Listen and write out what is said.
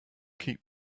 keep